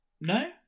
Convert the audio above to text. No